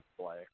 play